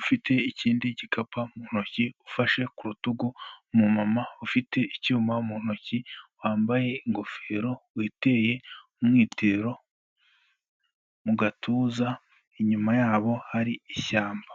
ufite ikindi gikapa mu ntoki ufashe ku rutugu umu mama ufite icyuma mu ntoki wambaye ingofero witeye umwitero mu gatuza inyuma yabo hari ishyamba.